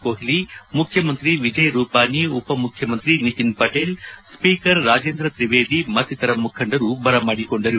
ಕೊಜ್ಜಿ ಮುಖ್ಯಮಂತ್ರಿ ವಿಜಯ್ ರೂಪಾನಿ ಉಪಮುಖ್ಯಮಂತ್ರಿ ನಿತಿನ್ ಪಟೇಲ್ ಸ್ವೀಕರ್ ರಾಜೇಂದ್ರ ಕ್ರಿವೇದಿ ಮತ್ತಿತರ ಮುಖಂಡರು ನರೇಂದ್ರ ಮೋದಿ ಬರಮಾಡಿಕೊಂಡರು